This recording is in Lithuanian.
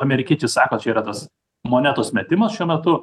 amerikiečiai sako čia yra tas monetos metimas šiuo metu